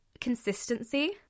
consistency